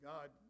God